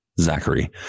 Zachary